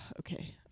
okay